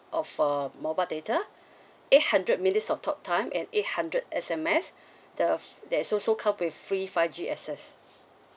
of uh mobile data eight hundred minutes of talktime and eight hundred S_M_S the there's also come with free five G access